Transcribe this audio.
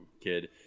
Kid